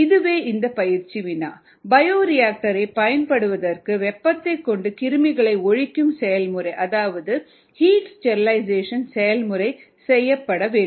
இதுவே இந்த பயிற்சி வினா பயோரியாக்டர் ஐ பயன்படுத்துவதற்கு வெப்பத்தைக் கொண்டு கிருமிகளை ஒழிக்கும் செயல்முறை அதாவது ஹீட் ஸ்டெரிலைசேஷன் செயல்முறை செய்யப்பட வேண்டும்